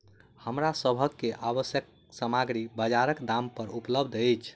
हमरा सभ के आवश्यक सामग्री बजारक दाम पर उपलबध अछि